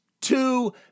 two